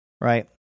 Right